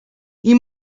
you